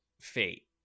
fate